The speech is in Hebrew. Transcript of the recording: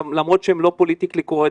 למרות שהן לא פוליטיקלי קורקט,